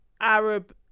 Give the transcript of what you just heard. Arab